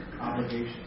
obligation